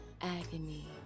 agony